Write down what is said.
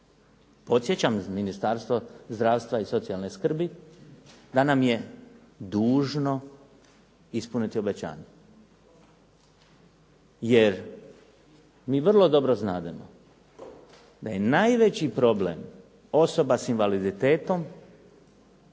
Podsjećam Ministarstvo zdravstva i socijalne skrbi da nam je dužno ispuniti obećanje jer mi vrlo dobro znademo da je najveći problem osoba s invaliditetom